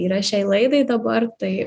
yra šiai laidai dabar tai